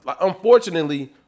unfortunately